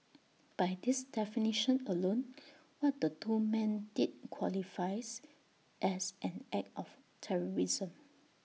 by this definition alone what the two men did qualifies as an act of terrorism